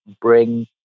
bring